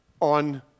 on